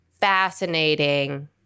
fascinating